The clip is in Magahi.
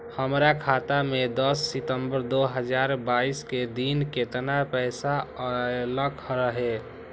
हमरा खाता में दस सितंबर दो हजार बाईस के दिन केतना पैसा अयलक रहे?